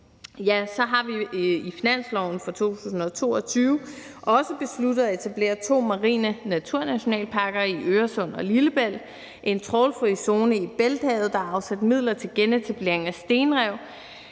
har vi i finansloven for 2022 også besluttet at etablere to marine naturnationalparker i Øresund og Lillebælt, en trawlfri zone i Bælthavet, og der er afsat midler til genetablering af stenrev.